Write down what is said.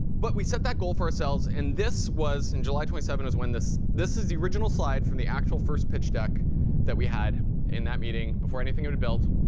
but we set that goal for ourselves, and this was in july twenty seven is when this this is the original slide from the actual first pitch deck that we had in that meeting before anything had been built.